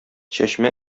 чәчмә